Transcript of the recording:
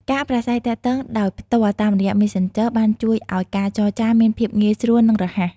ការប្រាស្រ័យទាក់ទងដោយផ្ទាល់តាមរយៈ Messenger បានជួយឱ្យការចរចាមានភាពងាយស្រួលនិងរហ័ស។